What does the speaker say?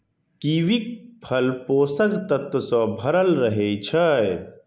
कीवीक फल पोषक तत्व सं भरल रहै छै